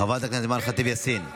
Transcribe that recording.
חברת הכנסת אימאן ח'טיב יאסין.